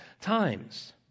times